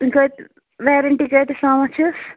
کٍتِس ویرٮ۪نٹی سُوِچ کٍتِس تامَتھ چھَس